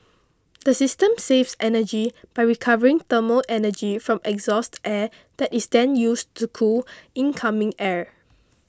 the system saves energy by recovering thermal energy from exhaust air that is then used to cool incoming air